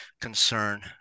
concern